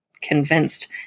convinced